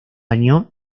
año